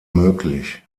möglich